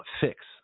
fix